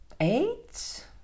eight